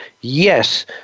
yes